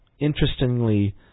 interestingly